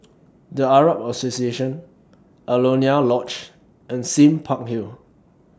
The Arab Association Alaunia Lodge and Sime Park Hill